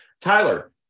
Tyler